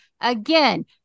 Again